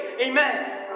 Amen